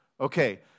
Okay